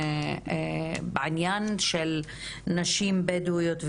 בעניין של נשים בדואיות,